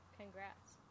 Congrats